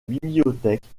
bibliothèque